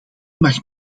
mag